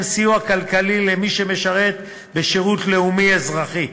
סיוע כלכלי למי שמשרת בשירות לאומי-אזרחי.